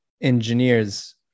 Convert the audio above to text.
engineers